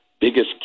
biggest